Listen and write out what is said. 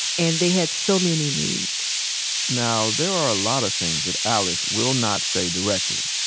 and they had so many needs now there are a lot of things that alice will not say directly.